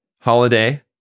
Holiday